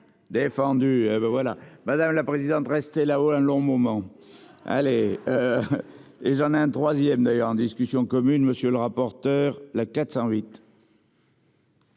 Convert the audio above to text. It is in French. défendu. Ben voilà. Madame la présidente. C'est là où un long moment allez. Et j'en ai un troisième d'ailleurs en discussion commune. Monsieur le rapporteur. La 408.